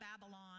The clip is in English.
Babylon